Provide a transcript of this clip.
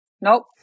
Nope